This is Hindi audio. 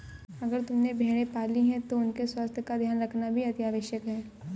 अगर तुमने भेड़ें पाली हैं तो उनके स्वास्थ्य का ध्यान रखना भी अतिआवश्यक है